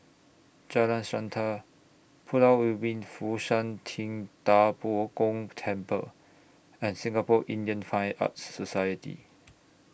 Jalan Srantan Pulau Ubin Fo Shan Ting DA Bo Gong Temple and Singapore Indian Fine Arts Society